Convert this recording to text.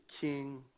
king